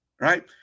right